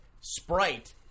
Sprite